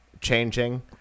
changing